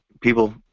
people